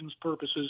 purposes